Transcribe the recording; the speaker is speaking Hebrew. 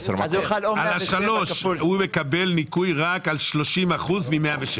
על השלוש, הוא מקבל ניכוי רק על 30% מ-107.